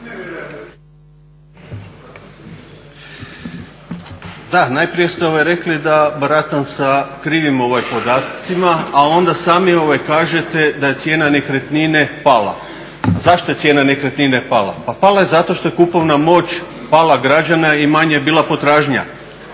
Da, najprije ste rekli da baratam krivim podatcima a onda sami kažete da je cijena nekretnine pala. A zašto je cijena nekretnine pala? Pa pala je zato što je kupovna moć pala građana i manja je bila potražnja.